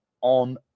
on